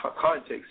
context